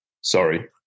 Sorry